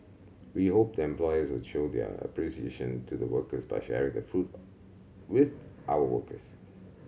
we hope them employers would show their appreciation to the workers by sharing the fruit with our workers